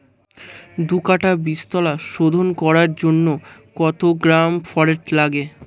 দু কাটা বীজতলা শোধন করার জন্য কত গ্রাম ফোরেট লাগে?